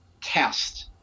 test